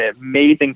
amazing